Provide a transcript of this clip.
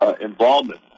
involvement